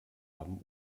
haben